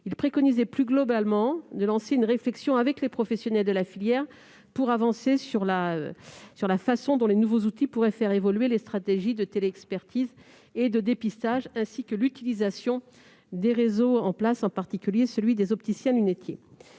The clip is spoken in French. préconisait de lancer une réflexion avec les professionnels de la filière sur la façon dont les nouveaux outils pourraient faire évoluer les stratégies de téléexpertise et de dépistage, ainsi que sur l'utilisation des réseaux en place, en particulier celui des opticiens-lunetiers.